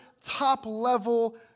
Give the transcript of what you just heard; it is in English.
top-level